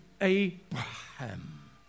Abraham